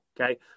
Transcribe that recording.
okay